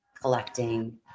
collecting